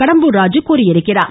கடம்பூர் ராஜு தெரிவித்துள்ளார்